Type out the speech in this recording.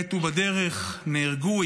מתו בדרך, נהרגו.